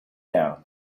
down